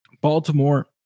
Baltimore